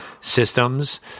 systems